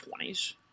20s